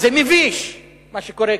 זה מביש, מה שקורה כאן.